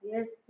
Yes